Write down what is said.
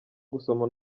gusoma